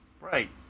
right